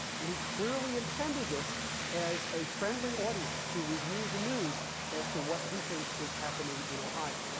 and he clearly intended this as a friendly audience to review the news as to what he thinks is happening in ohio.